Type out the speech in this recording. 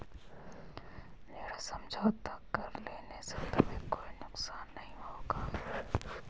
ऋण समझौता कर लेने से तुम्हें कोई नुकसान नहीं होगा